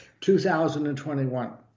2021